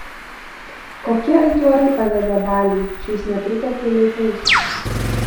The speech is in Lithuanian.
kokie aitvarai padeda baliui šiais nepriteklių laikais